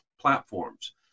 platforms